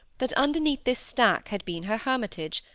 that underneath this stack had been her hermitage,